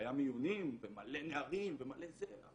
היו מיונים ומלא נערים אבל